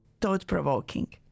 Thought-provoking